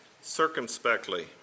circumspectly